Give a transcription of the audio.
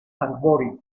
arbóreos